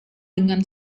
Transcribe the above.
dengan